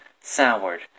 soured